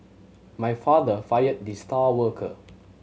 my father fired the star worker